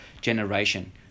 generation